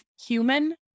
human